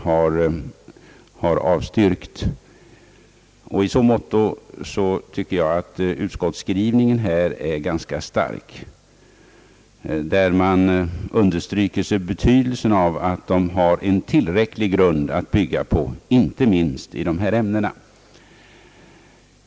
har avstyrkt, och i så måtto tycker jag att utskottsskrivningen här är ganska stark, då den understryker betydelsen av att vederbörande >har en tillräcklig grund att bygga på inte minst i de här ämnena».